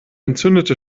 entzündete